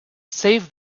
save